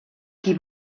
qui